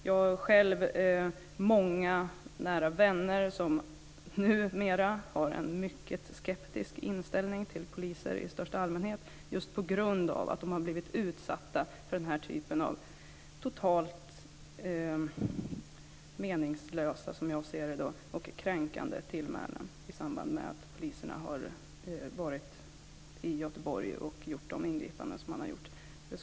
Jag har själv många nära vänner som numera har en mycket skeptisk inställning till poliser i största allmänhet just på grund av att de har blivit utsatta för den här typen av totalt meningslösa, som jag ser det, och kränkande tillmälen i samband med de ingripanden som poliserna gjorde i Göteborg.